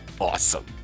Awesome